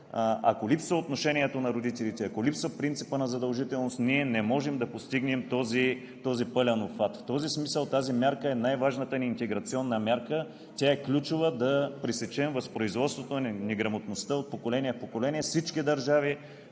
ако липсва отношението на родителите, ако липсва принципът на задължителност, ние не можем да постигнем този пълен обхват. В този смисъл тази мярка е най-важната ни интеграционна мярка, тя е ключова да пресечем възпроизводството на неграмотността от поколение в поколение. Всички държави